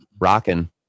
rocking